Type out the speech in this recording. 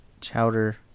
Chowder